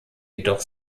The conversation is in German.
jedoch